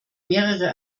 mehrere